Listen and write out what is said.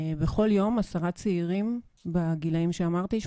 בכל יום 10 צעירים בגילאים שאמרתי,